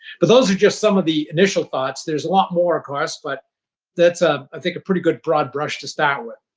but those are just some of the initial thoughts. there are a lot more, of course, but that's, ah i think, a pretty good, broad brush to start with.